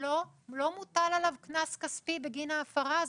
ולא מוטל עליו קנס כספי בגין ההפרה הזאת.